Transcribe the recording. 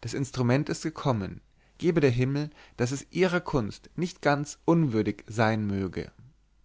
das instrument ist gekommen gebe der himmel daß es ihrer kunst nicht ganz unwürdig sein möge